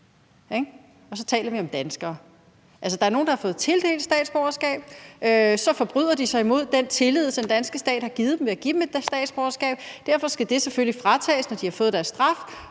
og så taler vi om danskere. Altså, der er nogle, der har fået tildelt statsborgerskab. Og så forbryder de sig imod den tillid, som den danske stat har givet dem ved at give dem et statsborgerskab, og derfor skal det selvfølgelig fratages, når de har fået deres straf,